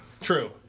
True